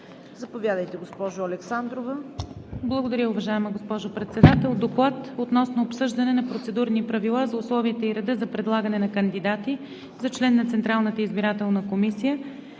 Заповядайте, госпожо Александрова. ДОКЛАДЧИК АННА АЛЕКСАНДРОВА: Благодаря, уважаема госпожо Председател! „ДОКЛАД относно обсъждане на Процедурни правила за условията и реда за предлагане на кандидати за член на Централната избирателна комисия,